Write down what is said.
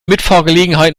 mitfahrgelegenheit